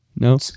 No